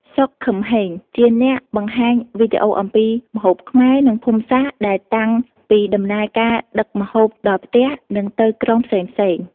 សុខ ខឹមហេង ជាអ្នកបង្ហាញវីដេអូអំពីម្ហូបខ្មែរ និងភូមិសាស្ត្រដែលតាំងពីដំណើរការដឹកម្ហូបដល់ផ្ទះ និងទៅក្រុងផ្សេងៗ។